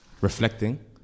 reflecting